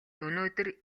өнөөдөр